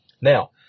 Now